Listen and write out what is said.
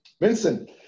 Vincent